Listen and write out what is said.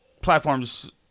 platforms